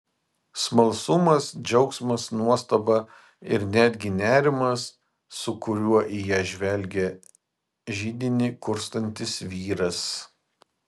smalsumas džiaugsmas nuostaba ir netgi nerimas su kuriuo į ją žvelgė židinį kurstantis vyras